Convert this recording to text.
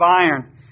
iron